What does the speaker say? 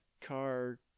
car